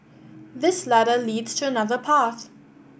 this ladder leads to another path